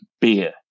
beer